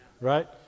Right